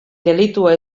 delitua